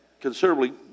Considerably